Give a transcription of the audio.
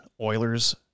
Oilers